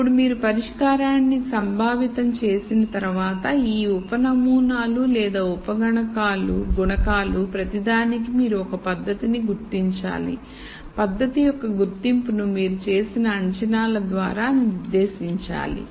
అప్పుడు మీరు పరిష్కారాన్ని సంభావితం చేసిన తర్వాత ఈ ఉప నమూనాలు లేదా ఉప గుణకాలు ప్రతిదానికీ మీరు ఒక పద్ధతిని గుర్తించాలి పద్ధతి యొక్క గుర్తింపును మీరు చేసిన అంచనాల ద్వారా నిర్దేశించాలి